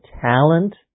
talent